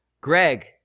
Greg